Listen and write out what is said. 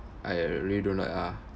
I really don't like ah